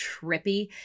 trippy